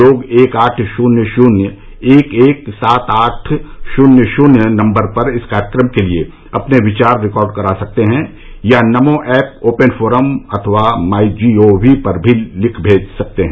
लोग एक आठ शुन्य शुन्य एक एक सात आठ शुन्य शुन्य नंबर पर इस कार्यक्रम के लिए अपने विचार रिकार्ड करा सकते हैं या नमो ऐप ओपन फोरम अथवा माई जी ओ वी पर भी लिखकर भेज सकते हैं